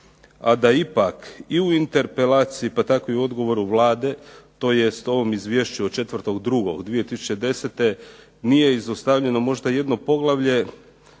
a da ipak i u interpelaciji, pa tako i u odgovoru Vlade, tj. ovom izvješću od 4.2.2010. nije izostavljeno možda jedno poglavlje